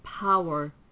power